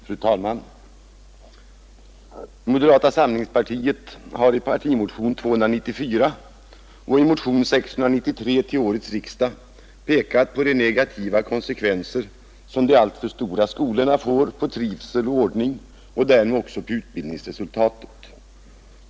Fru talman! Moderata samlingspartiet har i partimotionen 294 och i motionen 693 till årets riksdag pekat på de negativa konsekvenser som de alltför stora skolorna får på trivsel och ordning och därmed också på utbildningsresultatet.